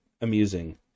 amusing